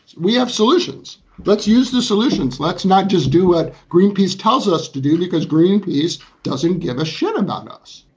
we have solutions, let's use the solutions. let's not just do what greenpeace tells us to do, because greenpeace doesn't give a shit about us.